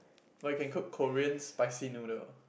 but you can cook Korean spicy noodle